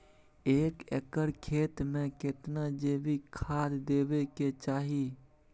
एक एकर खेत मे केतना जैविक खाद देबै के चाही?